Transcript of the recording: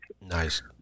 Nice